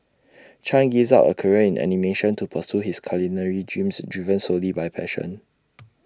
chan gave up A career in animation to pursue his culinary dreams driven solely by passion